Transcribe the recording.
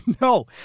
No